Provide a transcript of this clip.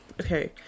Okay